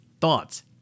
thoughts